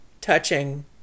touching